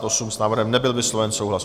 S návrhem nebyl vysloven souhlas.